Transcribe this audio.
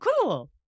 cool